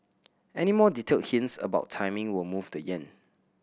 any more detailed hints about timing will move the yen